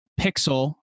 pixel